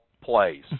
plays